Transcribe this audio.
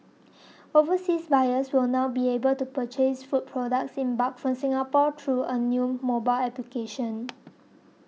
overseas buyers will now be able to purchase food products in bulk from Singapore through a new mobile application